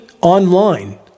online